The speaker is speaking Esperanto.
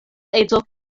edzo